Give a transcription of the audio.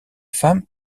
femme